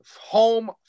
home